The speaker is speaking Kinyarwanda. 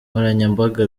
nkoranyambaga